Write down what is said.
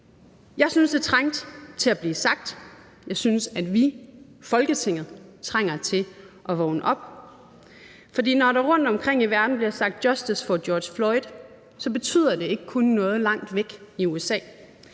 Jeg synes, det trængte til at blive sagt, og jeg synes, at vi, Folketinget, trænger til at vågne op, for når der rundtomkring i verden bliver sagt »Justice for George Floyd«, betyder det ikke kun noget langt væk i USA.